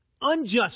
unjust